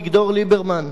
שעלית לארץ,